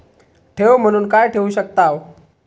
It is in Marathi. ठेव म्हणून काय ठेवू शकताव?